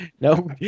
No